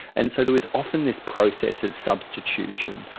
and so there was often this process of substitution.